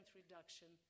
reduction